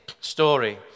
story